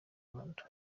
rwanda